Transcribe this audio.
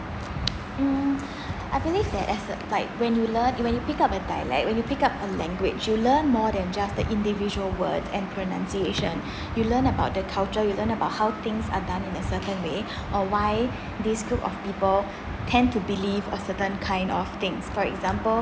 mm I believe that as a like when you learn when you pick up a dialect when you a language you learn more than just the individual word and pronunciation you learn about the culture you learn about how things are done in a certain way or why this group of people tent to believe a certain kind of things for example